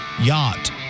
yacht